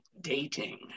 dating